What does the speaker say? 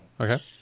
Okay